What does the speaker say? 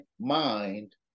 mind